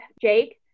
Jake